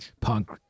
punk